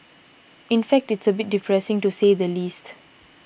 in fact it's a bit depressing to say the least